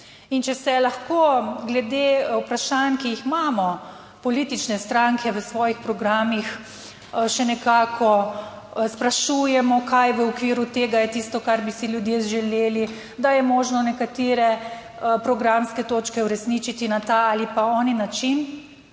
če se lahko glede vprašanj, ki jih imamo politične stranke v svojih programih, še nekako sprašujemo kaj v okviru tega je tisto, kar bi si ljudje želeli. Da je možno nekatere programske točke uresničiti na ta ali oni način.